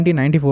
1994